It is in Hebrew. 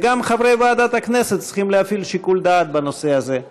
גם חברי ועדת הכנסת צריכים להפעיל שיקול דעת בנושא הזה.